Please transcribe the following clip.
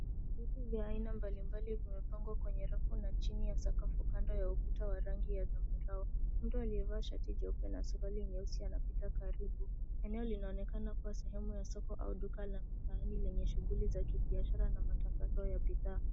Vitu vya aina mbalimbali vimepangwa kwenye rafu na chini ya sakafu kando ya mto wa rangi ya zambarau. Mtu aliyevaa shati jeupe na suruali jeusi anapita karibu. Eneo linaonekana kuwa sehemu ya soko au duka la kifahari lenye shughuli za kibiashara na matangazo ya bidhaa .